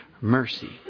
mercy